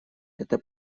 это